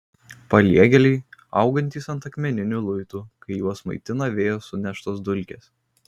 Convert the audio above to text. paliegėliai augantys ant akmeninių luitų kai juos maitina vėjo suneštos dulkės